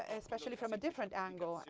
ah especially from a different angle,